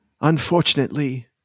unfortunately